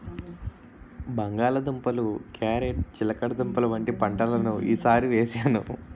బంగాళ దుంపలు, క్యారేట్ చిలకడదుంపలు వంటి పంటలను ఈ సారి వేసాను